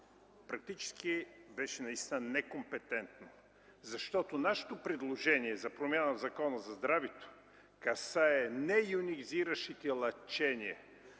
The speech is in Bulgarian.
практически беше наистина некомпетентно, защото нашето предложение за промяна в Закона за здравето касае нейонизиращите лъчения,